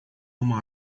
uma